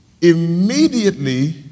immediately